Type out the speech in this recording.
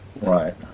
Right